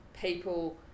People